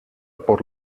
por